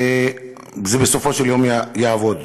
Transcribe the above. זה בסופו של דבר יעבוד.